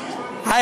ברור.